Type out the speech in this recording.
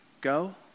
go